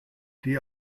die